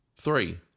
Three